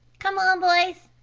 come on, boys,